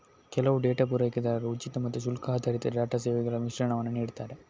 ಕೆಲವು ಡೇಟಾ ಪೂರೈಕೆದಾರರು ಉಚಿತ ಮತ್ತೆ ಶುಲ್ಕ ಆಧಾರಿತ ಡೇಟಾ ಸೇವೆಗಳ ಮಿಶ್ರಣವನ್ನ ನೀಡ್ತಾರೆ